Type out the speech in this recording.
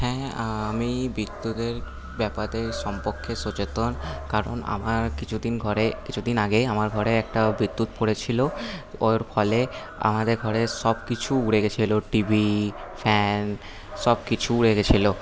হ্যাঁ আমি বিদ্যুতের ব্যাপাতে সম্পর্কে সচেতন কারণ আমার কিছুদিন ঘরে কিছুদিন আগেই আমার ঘরে একটা বিদ্যুৎ পড়েছিলো ওর ফলে আমাদের ঘরের সব কিছু উড়ে গেছিলো টিভি ফ্যান সবকিছু উড়ে গেছিলো